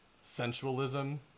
sensualism